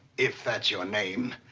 if that's your name.